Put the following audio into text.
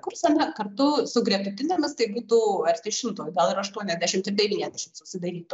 kurse na kartu su gretutinėmis tai būtų arti šimto gal ir aštuoniasdešimt ir devyniasdešimt susidarytų